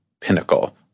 pinnacle